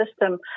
system